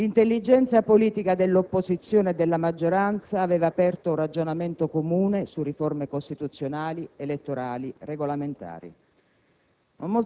Oggi siamo determinati e uniti nel sostenere la sua iniziativa di verificare qui l'esistenza di una maggioranza, sapendo due cose. La prima,